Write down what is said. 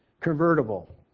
convertible